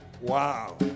Wow